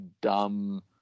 dumb